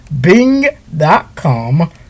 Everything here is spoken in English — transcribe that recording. Bing.com